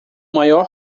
maior